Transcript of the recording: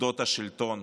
מוסדות השלטון